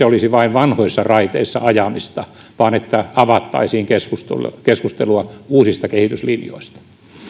olisi vain vanhoissa raiteissa ajamista vaan avattaisiin keskustelua keskustelua uusista kehityslinjoista